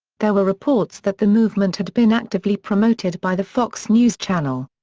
there were reports that the movement had been actively promoted by the fox news channel.